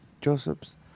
Joseph's